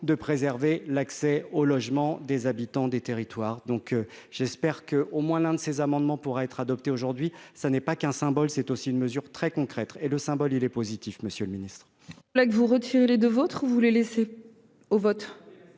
de préserver l'accès au logement des habitants des territoires, donc j'espère que, au moins l'un de ces amendements pourraient être adoptées aujourd'hui, ça n'est pas qu'un symbole, c'est aussi une mesure très concrète et le symbole, il est positif Monsieur le Ministre. Là que vous retirez les de votre vous voulez laisser au vote